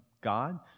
God